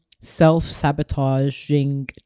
self-sabotaging